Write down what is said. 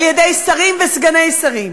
על-ידי שרים וסגני שרים,